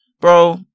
bro